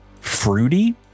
fruity